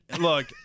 look